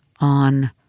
on